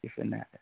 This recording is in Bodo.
बेफोरनो आरो